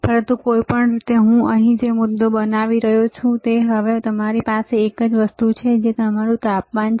પરંતુ કોઈપણ રીતે હું અહીં જે મુદ્દો બનાવી રહ્યો છું તે છે હવે અમારી પાસે એક વધુ વસ્તુ છે જે તમારું તાપમાન છે